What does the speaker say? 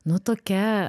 nu tokia